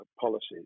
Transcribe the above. policies